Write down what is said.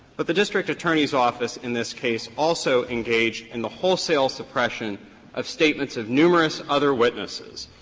but the district attorney's office in this case also engaged in the wholesale suppression of statements of numerous other witnesses,